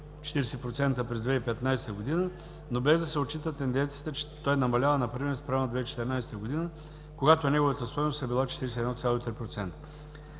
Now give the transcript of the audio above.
40% през 2015 г., но без да се отчита тенденцията, че той намалява, например спрямо 2014 г., когато неговата стойност е била 41.3%.